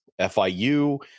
FIU